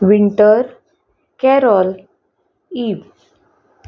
winter carol Ib